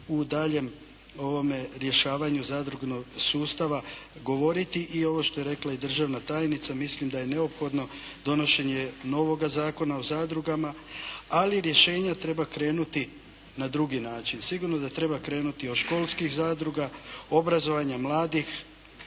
u daljnjem rješavanju zadružnog sustava govoriti i ovo što je rekla i državna tajnica, mislim da je neophodno donošenje novoga Zakona o zadrugama ali rješenja treba krenuti na drugi način. Sigurno da treba krenuti od školskih zadruga, obrazovanja mladih